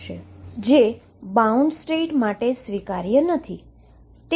અને તે bound state માટે સ્વીકાર્ય નથી